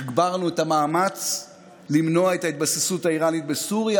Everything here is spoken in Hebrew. הגברנו את המאמץ למנוע את ההתבססות האיראנית בסוריה,